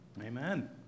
Amen